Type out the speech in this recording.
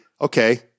okay